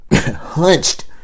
Hunched